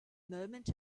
moment